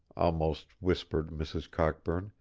almost whispered mrs. cockburn,